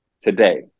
today